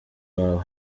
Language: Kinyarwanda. bawe